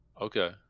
okay